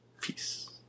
Peace